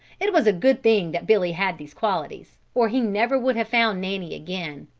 it was a good thing that billy had these qualities, or he never would have found nanny again.